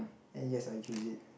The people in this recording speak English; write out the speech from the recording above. and yes I choose it